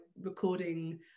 recording